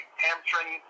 hamstring